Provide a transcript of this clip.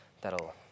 that'll